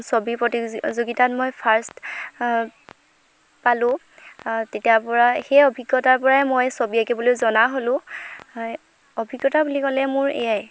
ছবি প্ৰতিযোগিতাত মই ফাৰ্ষ্ট পালোঁ তেতিয়াৰপৰাই সেই অভিজ্ঞতাৰপৰাই মই ছবি আঁকিবলৈ জনা হ'লো ঽয় অভিজ্ঞতা বুলি ক'লে মোৰ এয়াই